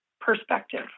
perspective